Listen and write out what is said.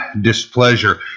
displeasure